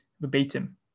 verbatim